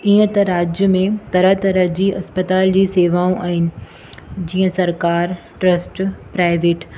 ईअं त राज्य में तरह तरह जी अस्पताल जी शेवाऊं आहिनि जीअं सरकारु ट्रस्ट प्राइवेट